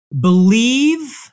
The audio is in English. believe